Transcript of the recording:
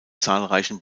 zahlreichen